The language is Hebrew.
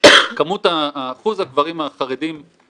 אני מוכרחה להגיד שגופים שונים נרתמו לזה היום.